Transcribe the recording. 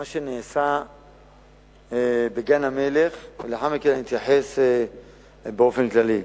מה שנעשה בגן-המלך, ולאחר מכן אתייחס באופן כללי.